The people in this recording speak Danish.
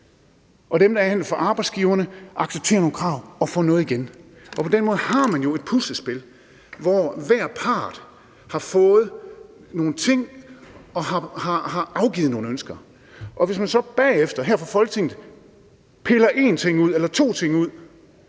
dem, der forhandler for arbejdsgiverne, accepterer nogle krav og får noget igen. Og på den måde har man jo et puslespil, hvor hver part har fået nogle ting og har afgivet nogle ønsker. Hvis man så bagefter her fra Folketingets